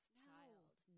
child